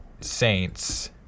Saints